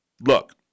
look